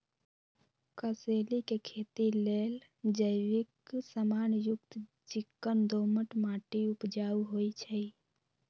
कसेलि के खेती लेल जैविक समान युक्त चिक्कन दोमट माटी उपजाऊ होइ छइ